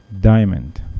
diamond